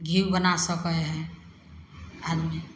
घी बना सकै हइ आदमी